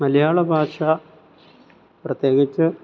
മലയാളഭാഷ പ്രത്യേകിച്ച്